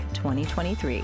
2023